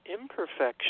imperfection